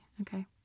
Okay